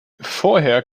vorher